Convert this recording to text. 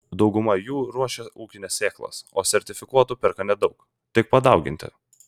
dauguma jų ruošia ūkines sėklas o sertifikuotų perka nedaug tik padauginti